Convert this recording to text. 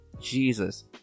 Jesus